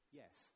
yes